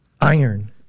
iron